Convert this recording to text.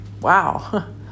wow